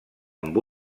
amb